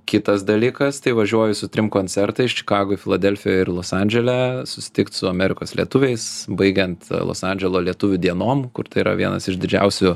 kitas dalykas tai važiuoju su trim koncertais čikagoj filadelfijoj ir los andžele susitikt su amerikos lietuviais baigiant los andželo lietuvių dienom kur tai yra vienas iš didžiausių